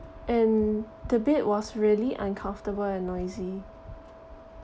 and the bed was really uncomfortable and noisy